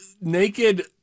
naked